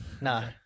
No